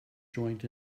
joint